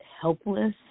helpless